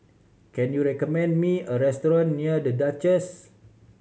can you recommend me a restaurant near The Duchess